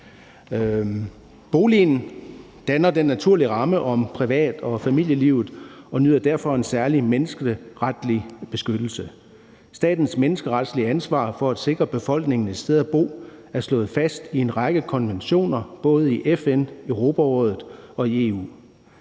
Boligen danner den naturlige ramme om privat- og familielivet og nyder derfor en særlig menneskeretlig beskyttelse. Statens menneskeretlige ansvar for at sikre befolkningen et sted at bo er slået fast i en række konventioner både i FN, Europarådet og i EU.